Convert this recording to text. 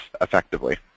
effectively